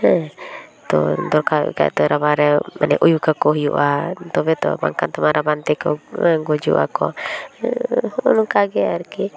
ᱛᱚ ᱫᱚᱨᱠᱟᱨ ᱦᱩᱭᱩᱜ ᱠᱷᱟᱱ ᱨᱟᱵᱟᱝᱨᱮ ᱩᱭᱩ ᱠᱟᱠᱚ ᱦᱩᱭᱩᱜᱼᱟ ᱛᱚᱵᱮ ᱛᱚ ᱵᱟᱝᱠᱷᱟᱱ ᱢᱟ ᱨᱟᱵᱟᱝ ᱛᱮᱠᱚ ᱜᱚᱡᱩᱜ ᱟᱠᱚ ᱱᱚᱜᱼᱚᱭ ᱱᱚᱝᱠᱟᱜᱮ ᱟᱨᱠᱤ